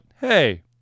hey